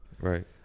Right